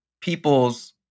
people's